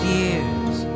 years